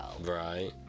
right